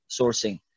sourcing